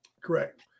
Correct